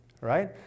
right